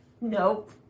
Nope